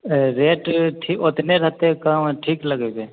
rate ठी ओतने रहतै कम आ ठीक लगेबै